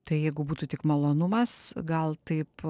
tai jeigu būtų tik malonumas gal taip